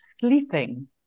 sleeping